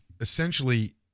essentially